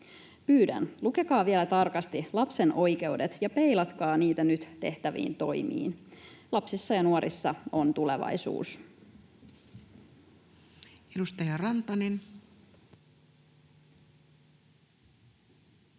Pyydän, lukekaa vielä tarkasti lapsen oikeudet ja peilatkaa niitä nyt tehtäviin toimiin. Lapsissa ja nuorissa on tulevaisuus. [Speech